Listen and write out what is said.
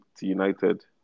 United